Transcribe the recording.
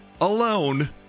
alone